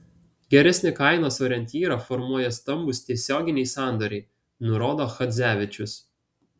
geresnį kainos orientyrą formuoja stambūs tiesioginiai sandoriai nurodo chadzevičius